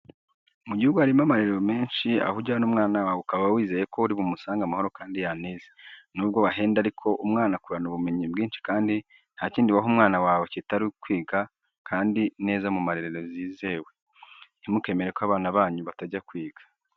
Mu gihugu harimo amarerero menshi aho ujyana umwana wawe ukaba wizeye ko uri bumusange amahoro kandi yanize. Nubwo bahenda ariko umwana akurana ubumenyi bwinshi kandi ntakindi waha umwana wawe kitari ukwiga kandi neza mu marerero yizewe. Ntimukemere ko abana banyu batajya kwiga.